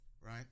Right